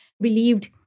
believed